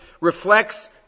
reflects